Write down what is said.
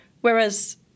whereas